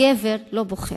הגבר לא בוחר,